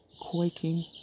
quaking